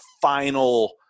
final